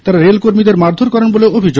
তারা রেল কর্মীদের মারধোর করেন বলে অভিযোগ